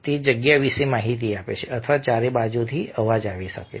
તે જગ્યા વિશે માહિતી આપે છે અથવા ચારે બાજુથી અવાજ આવી શકે છે